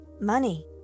money